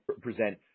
present